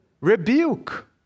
Rebuke